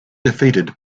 defeated